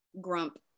grump